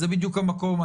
זה בדיוק המקום.